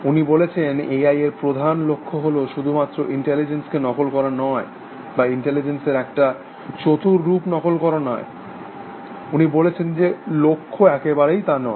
উনি বলেছেন A I এর প্রধান লক্ষ্য হল শুধুমাত্র ইন্টেলিজেন্সকে নকল করা নয় বা ইন্টেলিজেন্সের একটা চতুর রুপ নকল করা নয় উনি বলেছেন যে লক্ষ্য একেবারেই নয়